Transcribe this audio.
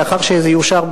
לאחר שזה יאושר,